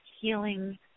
healing